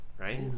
Right